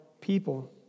people